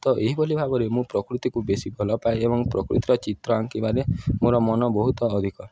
ତ ଏହିଭଲି ଭାବରେ ମୁଁ ପ୍ରକୃତିକୁ ବେଶୀ ଭଲ ପାଏ ଏବଂ ପ୍ରକୃତିର ଚିତ୍ର ଆଙ୍କିବାରେ ମୋର ମନ ବହୁତ ଅଧିକ